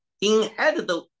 inherited